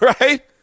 Right